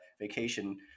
Vacation